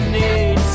need